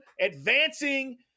advancing